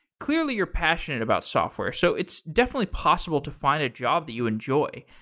clearly you're passionate about software, so it's definitely possible to find a job that you enjoy.